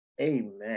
amen